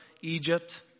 Egypt